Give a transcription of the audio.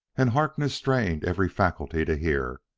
and harkness strained every faculty to hear.